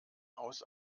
aus